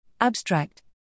Abstract